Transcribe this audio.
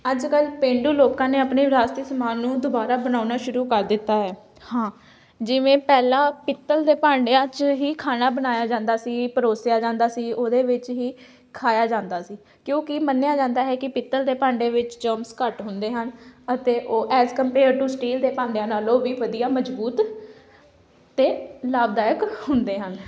ਅੱਜ ਕੱਲ੍ਹ ਪੇਂਡੂ ਲੋਕਾਂ ਨੇ ਆਪਣੇ ਵਿਰਾਸਤੀ ਸਮਾਨ ਨੂੰ ਦੁਬਾਰਾ ਬਣਾਉਣਾ ਸ਼ੁਰੂ ਕਰ ਦਿੱਤਾ ਹੈ ਹਾਂ ਜਿਵੇਂ ਪਹਿਲਾਂ ਪਿੱਤਲ ਦੇ ਭਾਂਡਿਆਂ 'ਚ ਹੀ ਖਾਣਾ ਬਣਾਇਆ ਜਾਂਦਾ ਸੀ ਪਰੋਸਿਆ ਜਾਂਦਾ ਸੀ ਉਹਦੇ ਵਿੱਚ ਹੀ ਖਾਇਆ ਜਾਂਦਾ ਸੀ ਕਿਉਂਕਿ ਮੰਨਿਆ ਜਾਂਦਾ ਹੈ ਕਿ ਪਿੱਤਲ ਦੇ ਭਾਂਡੇ ਵਿੱਚ ਜਮਸ ਘੱਟ ਹੁੰਦੇ ਹਨ ਅਤੇ ਉਹ ਐਜ ਕੰਪੇਅਰ ਟੂ ਸਟੀਲ ਦੇ ਭਾਂਡਿਆਂ ਨਾਲੋਂ ਵੀ ਵਧੀਆ ਮਜ਼ਬੂਤ ਅਤੇ ਲਾਭਦਾਇਕ ਹੁੰਦੇ ਹਨ